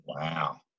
Wow